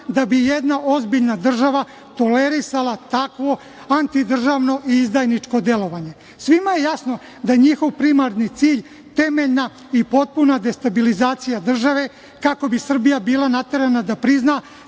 da bi i jedna ozbiljna država tolerisala takvo antidržavno i izdajničko delovanje. Svima je jasno da je njihov primarni cilj temeljna i potpuna destabilizacija države kako bi Srbija bila naterana da prizna